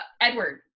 Edward